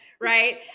Right